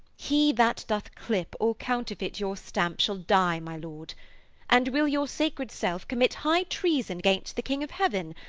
he that doth clip or counterfeit your stamp shall die, my lord and will your sacred self commit high treason against the king of heaven,